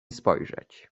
spojrzeć